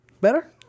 better